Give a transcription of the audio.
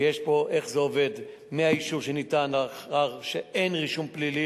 ויש פה איך זה עובד מהאישור שניתן לאחר שאין רישום פלילי,